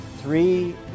three